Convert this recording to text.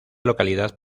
localidad